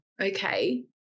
okay